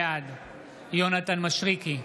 בעד יונתן מישרקי,